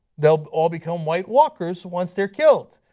they will all become white walkers once they are killed,